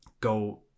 go